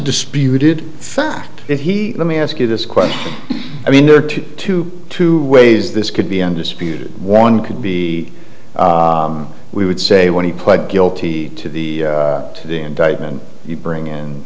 disputed fact if he let me ask you this question i mean there are two two two ways this could be undisputed one could be we would say when he pled guilty to the the indictment you bring in